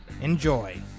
Enjoy